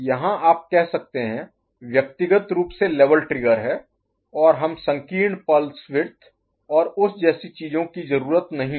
यहाँ आप कह सकते हैं व्यक्तिगत रूप से लेवल ट्रिगर है और हम संकीर्ण पल्स विड्थ और उस जैसी चीजों की जरूरत नहीं है